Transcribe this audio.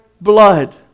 blood